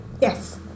Yes